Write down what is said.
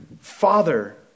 Father